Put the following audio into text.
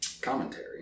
commentary